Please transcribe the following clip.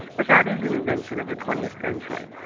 but that is an invention of the twentieth century.